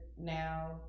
now